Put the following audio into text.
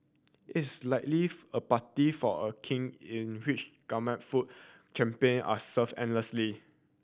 it's likely for a party for a King in which gourmet food champagne are served endlessly